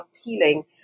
appealing